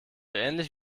ähnlich